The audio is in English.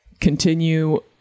continue